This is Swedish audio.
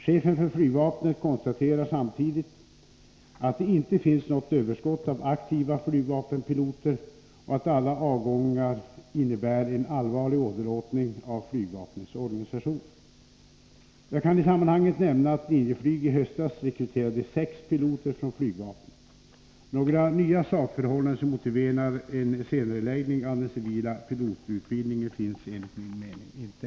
Chefen för flygvapnet konstaterar samtidigt att det inte finns något överskott av aktiva flygvapenpiloter och att alla avgångar innebär en allvarlig åderlåtning av flygvapnets organisation. Jag kan i sammanhanget nämna att Linjeflyg i höstas rekryterade sex piloter från flygvapnet. Några nya sakförhållanden som motiverar en senareläggning av den civila pilotutbildningen finns enligt min mening inte.